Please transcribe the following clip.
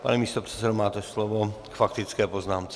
Pane místopředsedo, máte slovo k faktické poznámce.